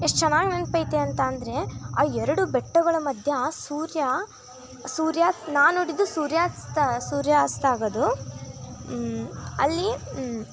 ಎಷ್ಟು ಚೆನ್ನಾಗಿ ನೆನ್ಪು ಐತೆ ಅಂತ ಅಂದರೆ ಆ ಎರಡು ಬೆಟ್ಟಗಳ ಮಧ್ಯ ಸೂರ್ಯ ಸೂರ್ಯ ನಾನು ನೋಡಿದ್ದು ಸೂರ್ಯಾಸ್ತ ಸೂರ್ಯಾಸ್ತ ಆಗೋದು ಅಲ್ಲಿ